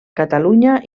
catalunya